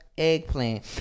Eggplant